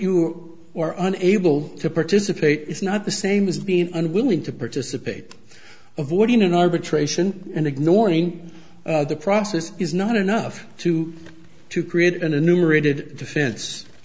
you are unable to participate is not the same as being unwilling to participate avoiding an arbitration and ignoring the process is not enough to to create an enumerated defen